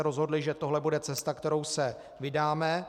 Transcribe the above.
Rozhodli jsme se, že tohle bude cesta, kterou se vydáme.